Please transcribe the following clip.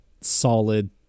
solid